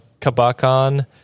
Kabakan